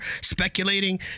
speculating